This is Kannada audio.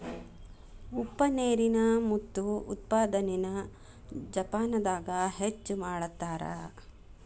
ಉಪ್ಪ ನೇರಿನ ಮುತ್ತು ಉತ್ಪಾದನೆನ ಜಪಾನದಾಗ ಹೆಚ್ಚ ಮಾಡತಾರ